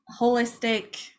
holistic